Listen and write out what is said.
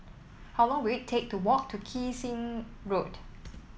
how long will it take to walk to Kee Seng Road